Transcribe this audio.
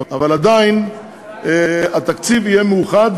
אבל עדיין התקציב יהיה מאוחד,